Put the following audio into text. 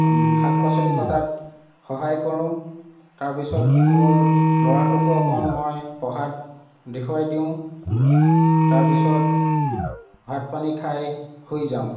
শাক পাচলি কটাত সহায় কৰোঁ তাৰ পিছত মোৰ ল'ৰাটোকো অকন মই পঢ়াত দেখুৱাই দিওঁ তাৰ পিছত ভাত পানী খাই শুই যাওঁ